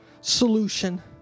solution